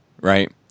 right